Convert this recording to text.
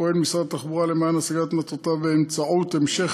פועל משרד התחבורה למען השגת מטרותיו באמצעות המשך